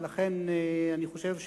ולכן אני חושב,